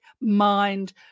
mind